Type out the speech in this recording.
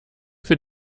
für